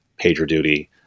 PagerDuty